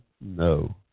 no